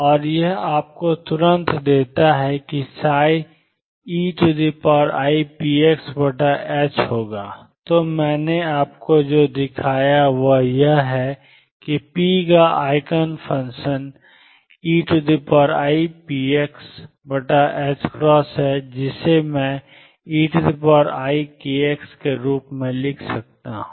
और यह आपको तुरंत देता है कि ψeipx तो मैंने आपको जो दिखाया है वह यह है कि p का आइगन फ़ंक्शन eipx है जिसे मैं eikx के रूप में लिख सकता हूं